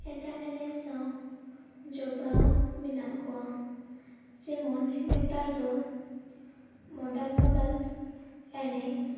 ᱮᱴᱟᱜ ᱮᱱᱮᱡ ᱥᱟᱶ ᱡᱚᱯᱚᱲᱟᱣ ᱢᱮᱱᱟᱜ ᱠᱚᱣᱟ ᱡᱮᱢᱚᱱ ᱱᱮᱛᱟᱨ ᱫᱚ ᱢᱳᱰᱟᱱ ᱢᱳᱰᱟᱱ ᱮᱱᱮᱡ